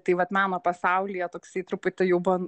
tai vat meno pasaulyje toksai truputį jau buvo